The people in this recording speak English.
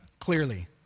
clearly